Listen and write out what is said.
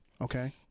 Okay